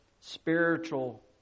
spiritual